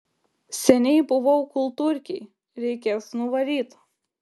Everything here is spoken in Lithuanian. seniai buvau kultūrkėj reikės nuvaryt